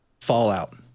Fallout